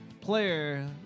player